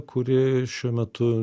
kuri šiuo metu